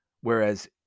whereas